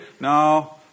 no